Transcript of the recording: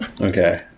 Okay